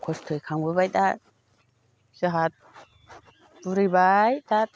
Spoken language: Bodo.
खस्थ'यै खांबोबाय दा जोंहा बुरिबाय दा